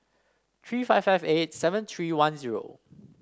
three five five eight seven three one zero